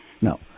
No